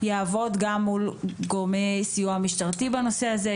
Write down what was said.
יעבוד גם מול גורמי סיוע משטרתי בנושא הזה.